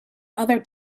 other